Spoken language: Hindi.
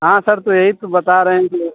हाँ सर तो यही तो बता रहे हैं कि